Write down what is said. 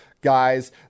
guys